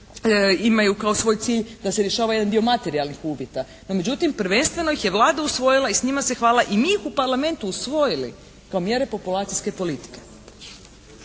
imaju kao svoj cilj da se rješava jedan dio materijalnih uvjeta. No međutim, prvenstveno ih je Vlada usvojila i s njima se hvala i mi ih u Parlamentu usvojili kao mjere populacijske politike.